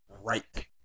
right